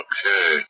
Okay